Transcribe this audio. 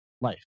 life